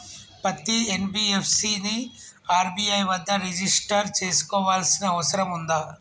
పత్తి ఎన్.బి.ఎఫ్.సి ని ఆర్.బి.ఐ వద్ద రిజిష్టర్ చేసుకోవాల్సిన అవసరం ఉందా?